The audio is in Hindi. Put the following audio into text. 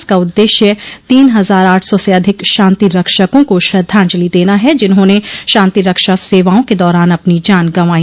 इसका उद्देश्य तीन हजार आठ सौ से अधिक शांति रक्षका को श्रद्धांजलि देना है जिन्होंने शांति रक्षा सेवाओं के दौरान अपनी जान गंवाई